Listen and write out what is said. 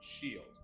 shield